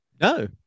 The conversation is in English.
No